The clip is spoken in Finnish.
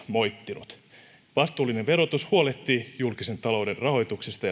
moittinut vastuullinen verotus huolehtii julkisen talouden rahoituksesta